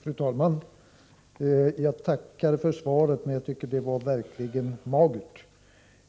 Fru talman! Jag tackar för svaret, men jag tycker verkligen det var magert.